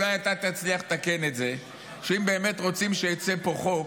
אולי אתה תצליח לתקן את זה שאם באמת רוצים שייצא פה חוק,